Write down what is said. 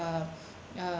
uh uh